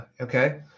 okay